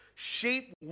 shape